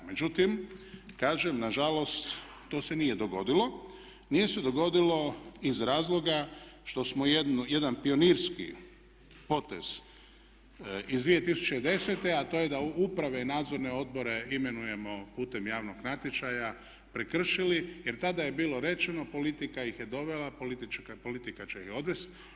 Međutim, kažem nažalost to se nije dogodilo, nije se dogodilo iz razloga što smo jedan pionirski potez iz 2010., a to je da uprave i nadzorne odbore imenujemo putem javnog natječaja prekršili jer tada je bilo rečeno politika ih je dovela, politika će ih i odvest.